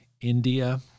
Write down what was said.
India